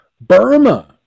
Burma